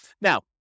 Now